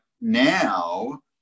now